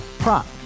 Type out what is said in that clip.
Prop